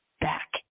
back